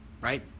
right